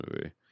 movie